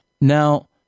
Now